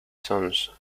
sons